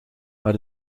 maar